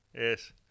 Yes